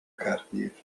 caerdydd